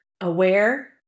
aware